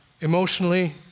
emotionally